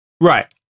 Right